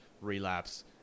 relapse